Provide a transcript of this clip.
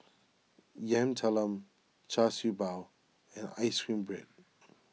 Yam Talam Char Siew Bao and Ice Cream Bread